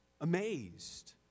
amazed